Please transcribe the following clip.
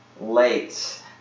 late